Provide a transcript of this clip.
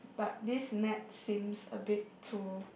but this net seems a bit too